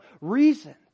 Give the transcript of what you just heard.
reason